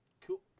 Cool